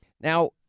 Now